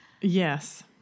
yes